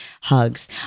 hugs